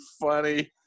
Funny